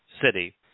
city